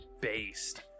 based